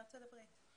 ארצות הברית.